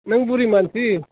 नों बुरि मानसि